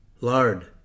lard